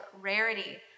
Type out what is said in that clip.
rarity